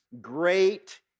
Great